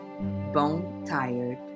bone-tired